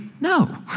No